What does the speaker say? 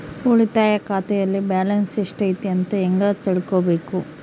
ಉಳಿತಾಯ ಖಾತೆಯಲ್ಲಿ ಬ್ಯಾಲೆನ್ಸ್ ಎಷ್ಟೈತಿ ಅಂತ ಹೆಂಗ ತಿಳ್ಕೊಬೇಕು?